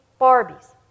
Barbies